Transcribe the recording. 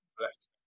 left